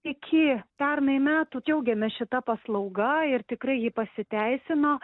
iki pernai metų džiaugiamės šita paslauga ir tikrai ji pasiteisino